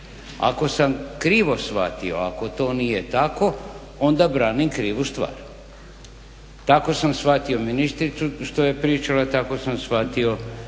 Ako sam krivo shvatio, ako to nije tako onda branim krivu stvar. Tako sam shvatio ministricu što je pričala, tako sam shvatio što